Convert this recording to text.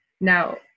Now